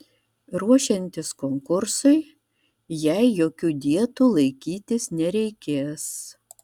ruošiantis konkursui jai jokių dietų laikytis nereikės